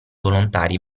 volontari